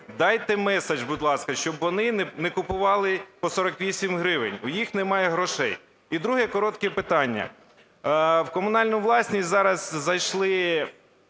Дайте меседж, будь ласка, щоб вони не купували по 48 гривень, у них немає грошей. І друге коротке питання. В комунальну власність зараз зайшли